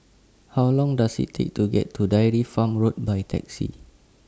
How Long Does IT Take to get to Dairy Farm Road By Taxi